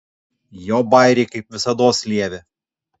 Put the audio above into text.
jo bajeriai kaip visados lievi